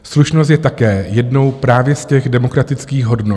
Slušnost je také jednou právě z těch demokratických hodnot.